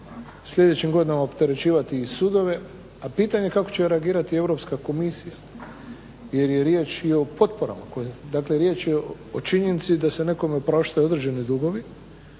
sljedećim godinama opterećivati i sudove, a pitanje kako će reagirati Europska komisija jer je riječ i o potporama, dakle riječ je o činjenici da se nekome opraštaju određeni dugovi